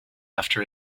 after